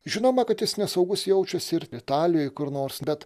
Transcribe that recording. žinoma kad jis nesaugus jaučiasi ir italijoj kur nors bet